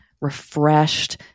refreshed